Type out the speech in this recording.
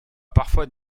parfois